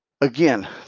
Again